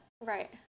Right